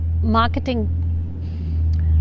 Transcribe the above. marketing